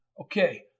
Okay